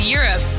Europe